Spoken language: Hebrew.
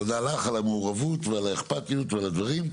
תודה לך על המעורבות ועל האכפתיות ועל הדברים.